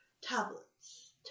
Tablets